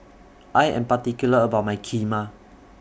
I Am particular about My Kheema